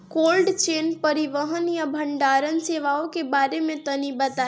Cold chain परिवहन या भंडारण सेवाओं के बारे में तनी बताई?